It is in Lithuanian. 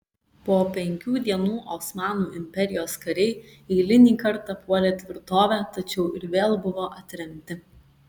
po penkių dienų osmanų imperijos kariai eilinį kartą puolė tvirtovę tačiau ir vėl buvo atremti